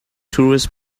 tourists